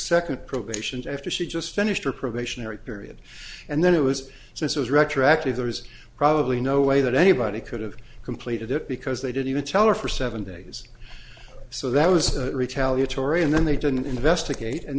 second probation after she just finished her probationary period and then it was so it was retroactive there was probably no way that anybody could have completed it because they didn't even teller for seven days so that was retaliatory and then they didn't investigate and